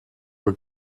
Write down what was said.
aux